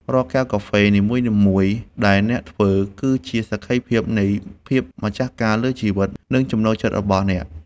រាល់កែវកាហ្វេនីមួយៗដែលអ្នកធ្វើ គឺជាសក្ខីភាពនៃភាពម្ចាស់ការលើជីវិត និងចំណូលចិត្តរបស់អ្នក។